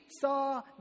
saw